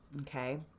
okay